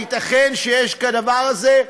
הייתכן שיש כדבר הזה?